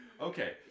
Okay